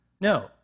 No